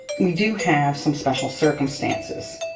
we do have some special circumstances.